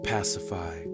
Pacify